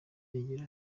rigira